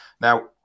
Now